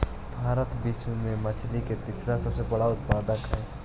भारत विश्व में मछली के तीसरा सबसे बड़ा उत्पादक हई